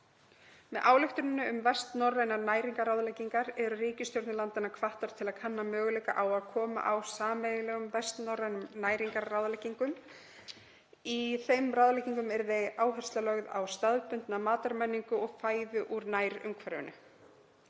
Með ályktuninni um vestnorrænar næringarráðleggingar eru ríkisstjórnir landanna hvattar til að kanna möguleika á að koma á sameiginlegum vestnorrænum næringarráðleggingum. Í þeim ráðleggingum yrði áhersla lögð á staðbundna matarmenningu og fæðu úr nærumhverfinu.